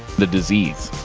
the disease